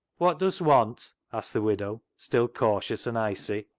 wot dust want? asked the widow, still cautious and icy.